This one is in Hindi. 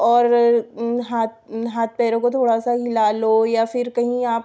और हाथ हाथ पैरों को थोड़ा सा हिला लो या फिर कहीं आप